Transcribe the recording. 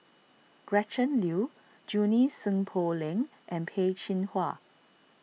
Gretchen Liu Junie Sng Poh Leng and Peh Chin Hua